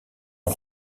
ont